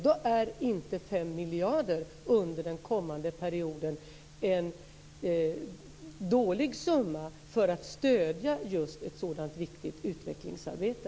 Då är inte 5 miljarder under den kommande perioden en dålig summa för att stödja ett sådant viktigt utvecklingsarbete.